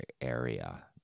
area